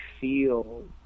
feel